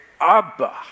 Abba